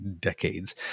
decades